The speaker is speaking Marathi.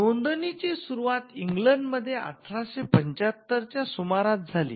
नोंदणीची सुरुवात इंग्लंड १८७५ च्या सुमारास झाली